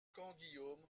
grandguillaume